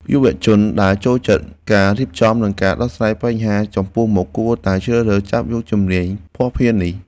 យុវជនដែលចូលចិត្តការរៀបចំ និងការដោះស្រាយបញ្ហាចំពោះមុខគួរតែជ្រើសរើសចាប់យកជំនាញភស្តុភារនេះ។